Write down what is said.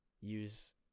use